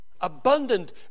abundant